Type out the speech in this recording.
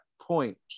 point